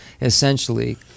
essentially